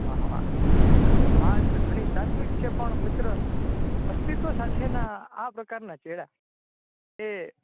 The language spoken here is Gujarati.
વાહ વાહ વાત બસ ઘણી તાત્વિક છે પણ મિત્ર અસ્તિત્વ સાથેના આપ્રકારના ચેહરા એ